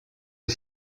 les